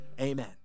Amen